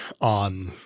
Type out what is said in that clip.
on